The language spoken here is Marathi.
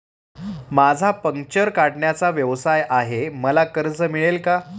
माझा पंक्चर काढण्याचा व्यवसाय आहे मला कर्ज मिळेल का?